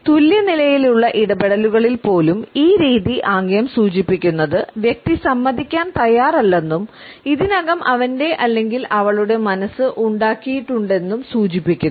തുല്യനിലയിലുള്ള ഇടപെടലുകളിൽ പോലും ഈ രീതി ആംഗ്യം സൂചിപ്പിക്കുന്നത് വ്യക്തി സമ്മതിക്കാൻ തയ്യാറല്ലെന്നും ഇതിനകം അവന്റെ അല്ലെങ്കിൽ അവളുടെ മനസ്സ് ഉണ്ടാക്കിയിട്ടുണ്ടെന്നും സൂചിപ്പിക്കുന്നു